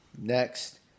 next